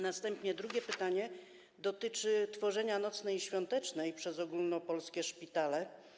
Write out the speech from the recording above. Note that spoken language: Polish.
Następnie drugie pytanie dotyczy tworzenia nocnej i świątecznej pomocy przez ogólnopolskie szpitale.